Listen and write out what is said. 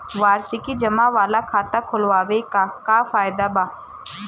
वार्षिकी जमा वाला खाता खोलवावे के का फायदा बा?